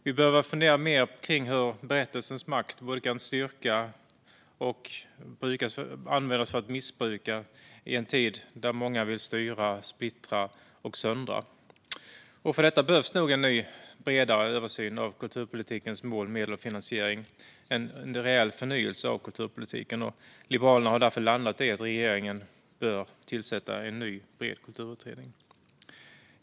Vi behöver fundera mer över hur berättelsens makt både kan ge styrka och missbrukas i en tid där många vill styra, splittra och söndra. För detta behövs en bredare översyn av kulturpolitikens mål, medel och finansiering, det vill säga en rejäl förnyelse av kulturpolitiken. Liberalerna har därför landat i att regeringen bör tillsätta en ny bred kulturutredning.